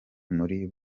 muri